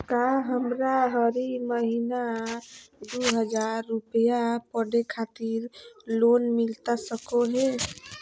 का हमरा हरी महीना दू हज़ार रुपया पढ़े खातिर लोन मिलता सको है?